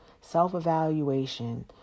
self-evaluation